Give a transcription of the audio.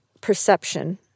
perception